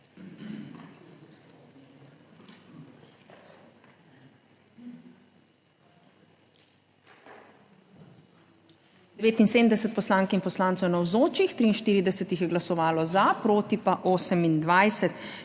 79 poslank in poslancev, navzočih, 43 jih je glasovalo za, proti pa 28.